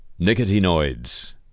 nicotinoids